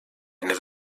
ende